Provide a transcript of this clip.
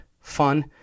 fun